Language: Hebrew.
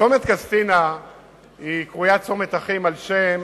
צומת קסטינה קרוי צומת-אחים על-שם